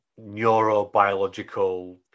neurobiological